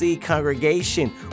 congregation